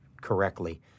correctly